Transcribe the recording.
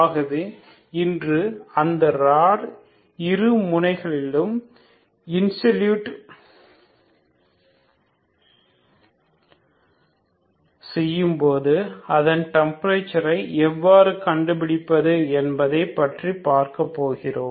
ஆகவே இன்று அந்த ராட் இரு முனையிலும் இன்சுலேட் செய்யும் போது அதன் டெம்பரேச்சரை எவ்வாறு கண்டுபிடிப்பது என்பதை பற்றி பார்க்க போகிறோம்